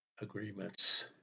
agreements